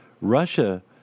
Russia